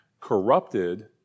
corrupted